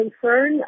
concern